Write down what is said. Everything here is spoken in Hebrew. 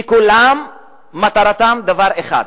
שכולם מטרתם דבר אחד,